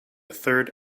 third